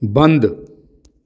ਬੰਦ